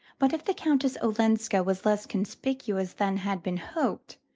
but if the countess olenska was less conspicuous than had been hoped,